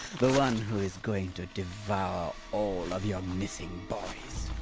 the one who is going to devour all of your missing boys,